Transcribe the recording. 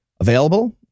available